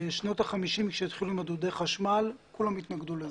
בשנות ה-50 כשהתחילו עם דודי השמש כולם התנגדו לזה.